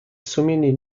sumienie